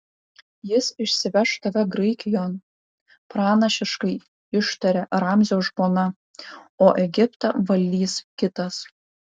jis išsiveš tave graikijon pranašiškai ištarė ramzio žmona o egiptą valdys kitas